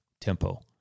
tempo